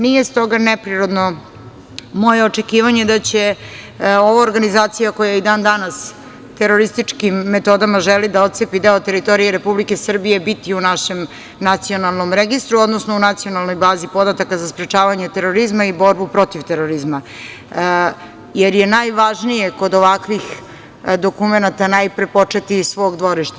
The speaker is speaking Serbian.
Nije stoga neprirodno moje očekivanje da će ova organizacija koja i dan danas terorističkim metodama želi da otcepi deo teritorije Republike Srbije biti u našem nacionalnom registru, odnosno u nacionalnoj bazi podataka za sprečavanje terorizma i borbu protiv terorizma, jer je najvažnije kod ovakvih dokumenata najpre početi iz svog dvorišta.